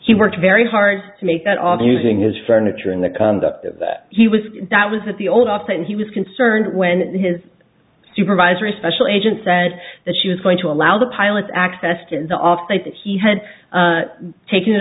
he worked very hard to make that all using his furniture in the conduct of that he was that was at the old often he was concerned when his supervisory special agent said that she was going to allow the pilots access to the off site that he had taken it